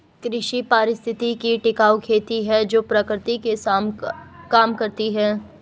कृषि पारिस्थितिकी टिकाऊ खेती है जो प्रकृति के साथ काम करती है